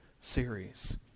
series